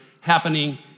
happening